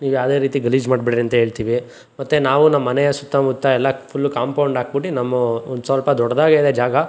ನೀವು ಯಾವುದೇ ರೀತಿ ಗಲೀಜು ಮಾಡಬೇಡ್ರಿ ಅಂತ ಹೇಳ್ತೀವಿ ಮತ್ತು ನಾವು ನಮ್ಮಮನೆಯ ಸುತ್ತಮುತ್ತ ಎಲ್ಲ ಫುಲ್ಲು ಕಾಂಪೌಂಡಾಕ್ಬುಟ್ಟು ನಮ್ಮದು ಒಂದು ಸ್ವಲ್ಪ ದೊಡ್ದಾಗಿದೆ ಜಾಗ